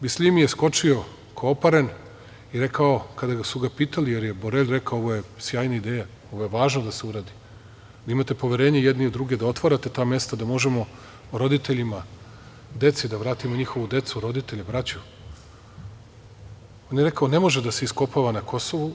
Bisljimi je skočio kao oparen i rekao kada su ga pitali, jer je Borelji rekao ovo je sjajna ideja, ovo je važno da se uradi, da imate poverenje jedni u druge, da otvarate ta mesta, da možemo roditeljima, deci, da vratimo njihovu decu, roditelje, braću, on je rekao – ne može da se iskopava na Kosovu.